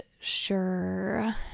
sure